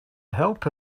help